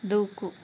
దూకు